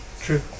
true